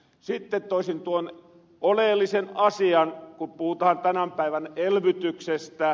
sitten toisin tuon oleellisen asian kun puhutahan tämän päivän elvytyksestä